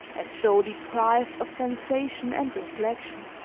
as though deprived of sensation and reflection.